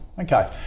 Okay